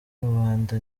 rubanda